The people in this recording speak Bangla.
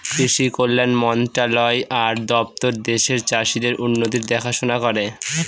কৃষি কল্যাণ মন্ত্রণালয় আর দপ্তর দেশের চাষীদের উন্নতির দেখাশোনা করে